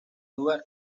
lugar